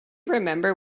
remember